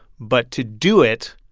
but to do it,